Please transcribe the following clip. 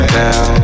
now